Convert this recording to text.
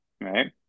right